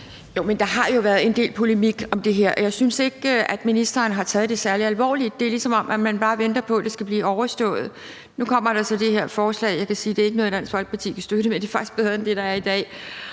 Der har jo været en del polemik om det her, og jeg synes ikke, at ministeren har taget det særlig alvorligt. Det er, ligesom om man bare venter på, at det skal blive overstået. Nu kommer der så det her forslag, og jeg kan sige, at det ikke er noget, Dansk Folkeparti kan støtte, men det er faktisk bedre end det, der er i dag.